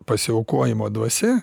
pasiaukojimo dvasia